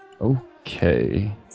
Okay